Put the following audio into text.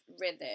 rhythm